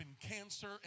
cancer